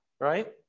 Right